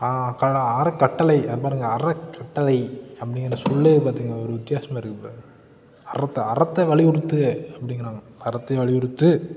ஆறுக் கட்டளை பாருங்கள் அறக்கட்டளை அப்படிங்கிற சொல்லே பார்த்தீங்க ஒரு வித்தியாசமாக இருக்குது பாருங்கள் அறத்தை அறத்தை வலியுறுத்து அப்படிங்கிறாங்க அறத்தை வலியுறுத்து